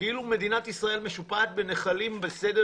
כאילו מדינת ישראל משופעת בנחלים בסדר